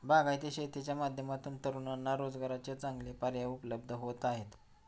बागायती शेतीच्या माध्यमातून तरुणांना रोजगाराचे चांगले पर्याय उपलब्ध होत आहेत